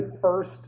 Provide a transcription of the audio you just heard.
first